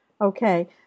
Okay